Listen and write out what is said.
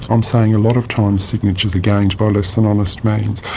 i'm saying a lot of times signatures are gained by less than honest means.